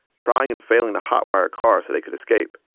trying and failing to hot-wire cars so they could escape.